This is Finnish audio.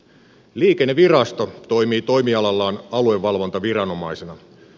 liikennevirasto toimii toimialallaan aluevalvontaviranomaisena